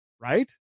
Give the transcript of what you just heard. Right